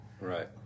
Right